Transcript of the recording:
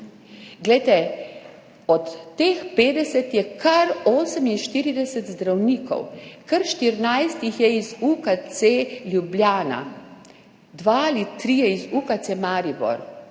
Glejte, od teh 50 je kar 48 zdravnikov, kar 14 jih je iz UKC Ljubljana, dva ali trije iz UKC Maribor.